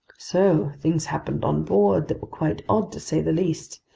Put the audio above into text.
so things happened on board that were quite odd to say the least,